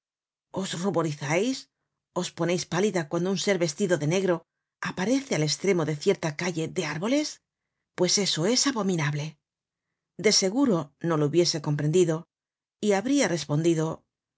os ruborizais os poneis pálida cuando un ser vestido de negro aparece al estremo de cierta calle de árboles pues eso es abominable de seguro no lo hubiese comprendido y habria respondido